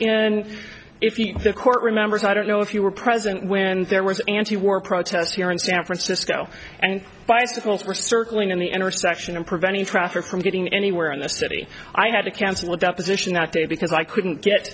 and if you know the court remembers i don't know if you were present when there was an antiwar protest here in san francisco and bicycles were certainly in the intersection and preventing traffic from getting anywhere in the city i had to cancel a deposition that day because i couldn't get